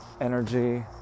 energy